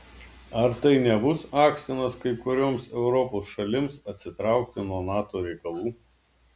ar tai nebus akstinas kai kurioms europos šalims atsitraukti nuo nato reikalų